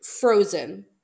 frozen